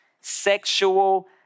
sexual